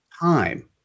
time